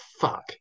fuck